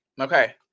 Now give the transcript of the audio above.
okay